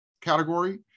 category